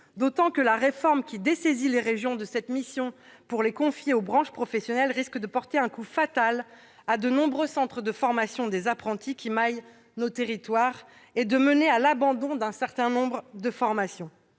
d'autant que la réforme qui dessaisit les régions de cette mission pour la confier aux branches professionnelles risque de porter un coup fatal à de nombreux centres de formation des apprentis, qui maillent nos territoires, et de mener à l'abandon d'un certain nombre de formations.